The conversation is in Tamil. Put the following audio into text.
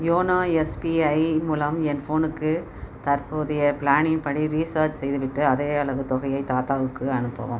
யோனோ எஸ்பிஐ மூலம் என் ஃபோனுக்கு தற்போதைய பிளானின் படி ரீசார்ஜ் செய்துவிட்டு அதே அளவு தொகையை தாத்தாவுக்கு அனுப்பவும்